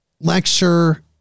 lecture